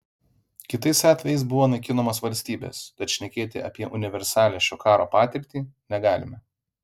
kitais atvejais buvo naikinamos valstybės tad šnekėti apie universalią šio karo patirtį negalime